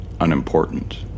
unimportant